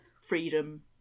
freedom